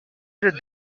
did